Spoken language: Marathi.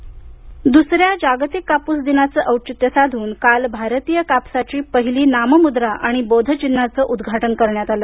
कापस लोगो द्सऱ्या जागतिक कापूस दिनाचे औचित्य साधून काल भारतीय कापसाची पहिली नाममुद्रा आणि बोध चिन्हाचं काल उद्घाटन करण्यात आलं